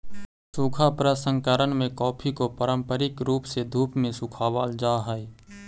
सूखा प्रसंकरण में कॉफी को पारंपरिक रूप से धूप में सुखावाल जा हई